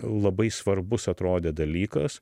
labai svarbus atrodė dalykas